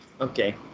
Okay